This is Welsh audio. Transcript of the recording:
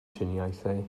triniaethau